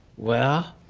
well.